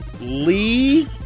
Lee